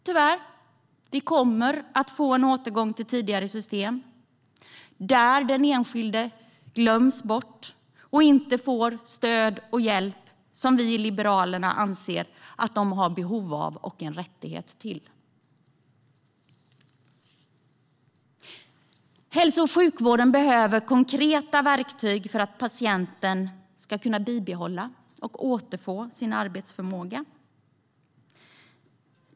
Tyvärr kommer vi att få en återgång till tidigare system där den enskilde glöms bort och inte får det stöd och den hjälp som vi i Liberalerna anser att den har behov av och rätt till. Hälso och sjukvården behöver konkreta verktyg för att patienten ska kunna bibehålla och återfå sin arbetsförmåga.